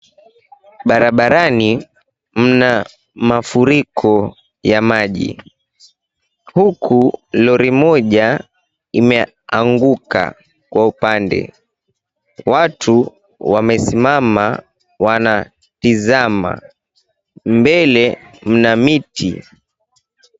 Barabarani mna mafuriko ya maji. Huku lori moja imeanguka kwa upande. Watu wamesimama wanamtizama. Mbele mna miti.